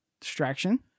distraction